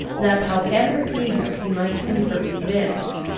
that, however eager he might be for revenge,